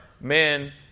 men